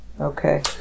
Okay